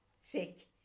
sick